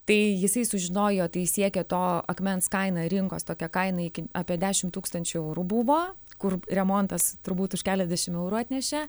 tai jisai sužinojo tai siekė to akmens kaina rinkos tokia kaina iki apie dešimt tūkstančių eurų buvo kur remontas turbūt už keliasdešim eurų atnešė